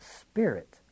spirit